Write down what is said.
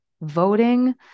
voting